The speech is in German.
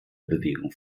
bewegung